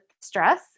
stress